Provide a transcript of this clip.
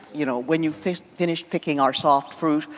you know, when you finish finish picking our soft food,